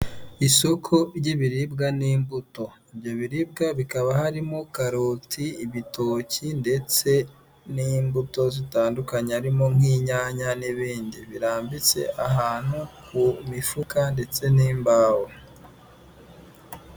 Isoko ry'ibiribwa n'imbuto ibyo biribwa bikaba harimo karoti ibitoki ndetse n'imbuto zitandukanye, harimo nk'inyanya n'ibindi birambitse ahantu ku mifuka ndetse n'imbaho.